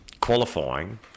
qualifying